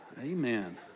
Amen